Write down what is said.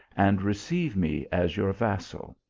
and receive me as your vassal.